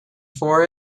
for